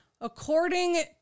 according